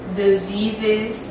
diseases